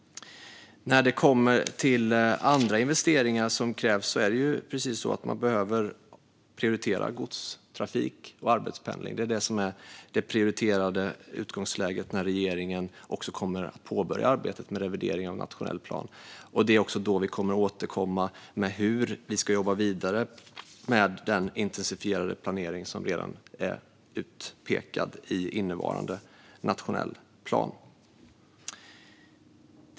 När det gäller andra investeringar som krävs är det ju så att man behöver prioritera godstrafik och arbetspendling; det är detta som kommer att vara det prioriterade utgångsläget när regeringen påbörjar arbetet med revidering av nationell plan. Det är också då vi kommer att återkomma med hur vi ska jobba vidare med den intensifierade planering som redan är utpekad i innevarande nationell plan.